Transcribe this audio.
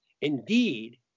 Indeed